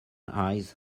eyes